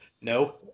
No